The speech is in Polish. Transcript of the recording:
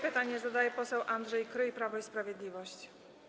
Pytanie zadaje poseł Andrzej Kryj, Prawo i Sprawiedliwość.